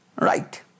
right